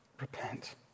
Repent